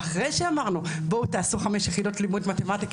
ואחרי שאמרנו בואו תעשה חמש יחידות לימוד מתמטיקה,